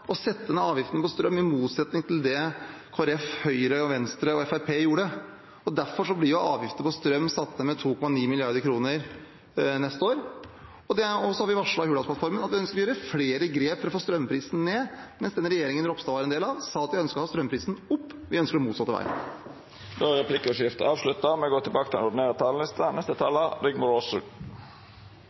og setter ned avgiftene på strøm, i motsetning til det Kristelig Folkeparti, Høyre, Venstre og Fremskrittspartiet gjorde. Derfor blir avgiftene på strøm satt ned med 2,9 mrd. kr neste år. Så har vi varslet i Hurdalsplattformen at vi ønsker å gjøre flere grep for å få strømprisen ned, mens den regjeringen Ropstad var en del av, sa at de ønsket å få strømprisen opp. Vi ønsker å gå motsatt vei. Då er replikkordskiftet avslutta. I åtte har vi